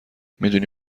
میدونی